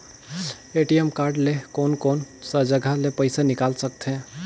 ATM card ले कोन कोन सा जगह ले पइसा निकाल सकथे?